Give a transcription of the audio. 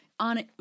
On